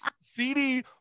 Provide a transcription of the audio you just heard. cd